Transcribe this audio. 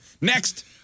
Next